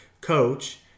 coach